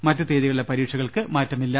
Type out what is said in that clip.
മറ്റ് തിയ്യതികളിലെ പരീക്ഷകൾക്ക് മാറ്റമില്ല